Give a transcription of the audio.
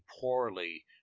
poorly